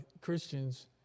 Christians